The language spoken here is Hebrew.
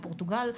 פורטוגל,